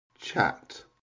chat